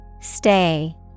Stay